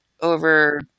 over